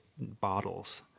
bottles